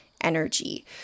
energy